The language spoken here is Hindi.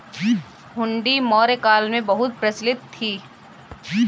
हुंडी मौर्य काल में बहुत प्रचलित थी